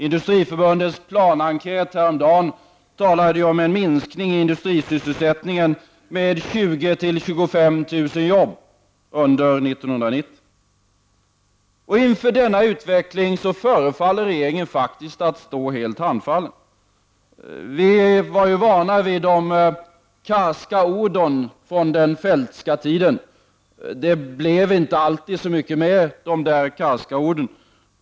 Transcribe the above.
Industriförbundets planenkät häromdagen talade om en minskning i industrisysselsättningen med 20 000-25 000 jobb under 1990. Inför denna utveckling förefaller regeringen faktiskt att stå helt handfallen. Vi var ju under den Feldtska tiden vana vid karska ord, men det blev inte alltid så mycket med de karska orden.